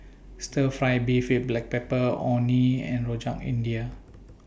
Stir Fry Beef with Black Pepper Orh Nee and Rojak India